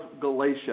Galatia